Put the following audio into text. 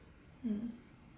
mm